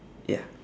ya